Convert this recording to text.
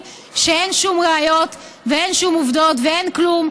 כשאין שום ראיות ואין שום עובדות ואין כלום,